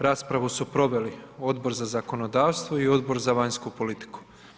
Raspravu su proveli Odbor za zakonodavstvo i Odbor za vanjsku politiku.